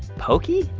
pokey?